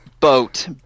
Boat